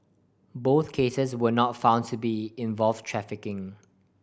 both cases were not found to be involve trafficking